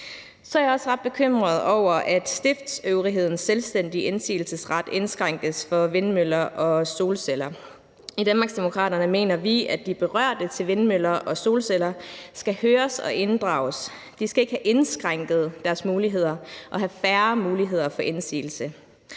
er jeg også ret bekymret over, at stiftsøvrighedens selvstændige indsigelsesret indskrænkes for vindmøller og solceller. I Danmarksdemokraterne mener vi, at dem, der er berørt af vindmøller og solceller, skal høres og inddrages. De skal ikke have indskrænket deres muligheder og have færre muligheder for indsigelse.